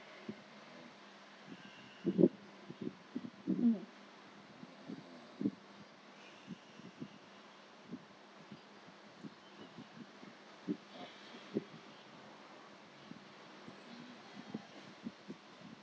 mm